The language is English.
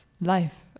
life